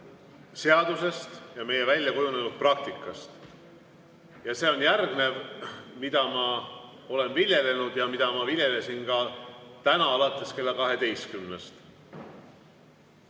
seadusest ja meie väljakujunenud praktikast. Ja see on järgnev, mida ma olen viljelenud ja mida ma viljelesin ka täna alates kella 12‑st.